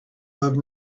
love